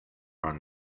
run